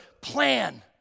plan